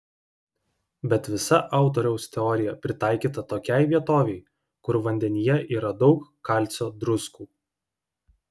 bet visa autoriaus teorija pritaikyta tokiai vietovei kur vandenyje yra daug kalcio druskų